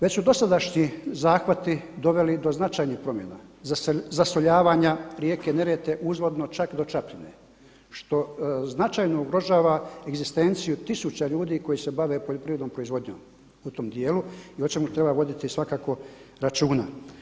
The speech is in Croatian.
Već su dosadašnji zahvati doveli do značajnih promjena, zasoljavanja rijeke Neretve uzvodno čak do Čapljine, što značajno ugrožava egzistenciju tisuća ljudi koji se bave poljoprivrednom proizvodnjom u tom dijelu i o čemu treba voditi svakako računa.